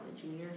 Junior